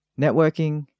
networking